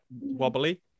wobbly